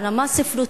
על רמה ספרותית.